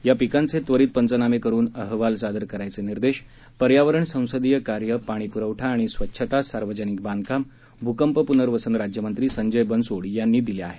या पिकांचे त्वरित पंचनामे करून अहवाल सादर करायचे निर्देश पर्यावरण संसदीय कार्य पाणीपुरवठा आणि स्वच्छता सार्वजनिक बांधकाम भूकंप पुनर्वसन राज्यमंत्री संजय बनसोडे यांनी दिले आहेत